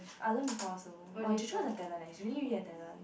I learn before also !wah! Jay-Chou is a talent eh really really a talent